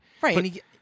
right